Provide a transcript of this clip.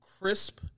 crisp